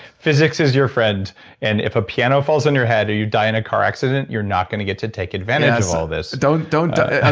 physics is your friend and if a piano falls on your head or you die in a car accident you're not going to get to take advantage of all this don't don't die.